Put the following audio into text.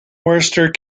worcester